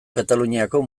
kataluniako